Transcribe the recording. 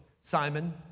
Simon